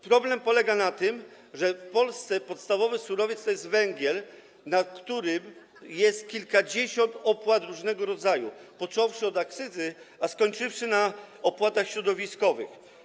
Problem polega na tym, że w Polsce podstawowym surowcem jest węgiel, w przypadku którego jest kilkadziesiąt opłat różnego rodzaju, począwszy od akcyzy, skończywszy na opłatach środowiskowych.